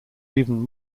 even